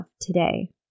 today